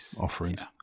offerings